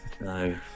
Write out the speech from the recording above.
no